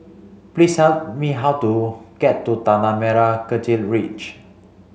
please tell me how to get to Tanah Merah Kechil Ridge